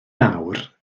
lawr